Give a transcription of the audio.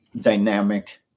dynamic